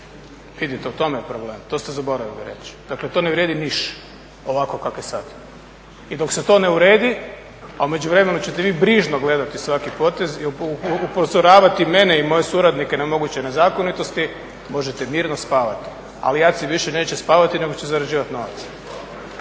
Vidite, u tome je problem. To ste zaboravili reći. Dakle, to ne vrijedi niš' ovako kako je sad. I dok se to ne uredi, a u međuvremenu ćete vi brižno gledati svaki potez i upozoravati mene i moje suradnike na moguće nezakonitosti možete mirno spavati. Ali ACI više neće spavati nego će zarađivati novac.